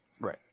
right